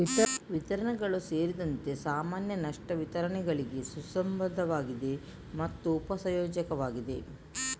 ವಿತರಣೆಗಳು ಸೇರಿದಂತೆ ಸಾಮಾನ್ಯ ನಷ್ಟ ವಿತರಣೆಗಳಿಗೆ ಸುಸಂಬದ್ಧವಾಗಿದೆ ಮತ್ತು ಉಪ ಸಂಯೋಜಕವಾಗಿದೆ